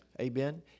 Amen